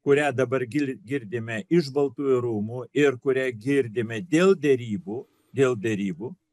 kurią dabar girl girdime iš baltųjų rūmų ir kurią girdime dėl derybų dėl derybų